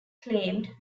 claimed